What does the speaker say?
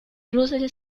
russell